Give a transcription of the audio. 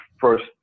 first